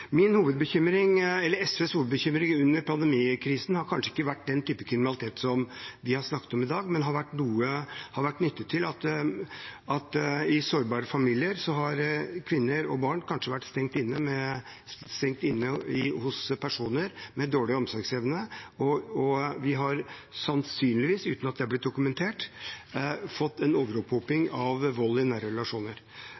SVs hovedbekymring under pandemikrisen har kanskje ikke vært den type kriminalitet som vi har snakket om i dag. Den har vært knyttet til at i sårbare familier har kvinner og barn kanskje vært stengt inne med personer med dårlig omsorgsevne, og vi har sannsynligvis – uten at det er blitt dokumentert – fått en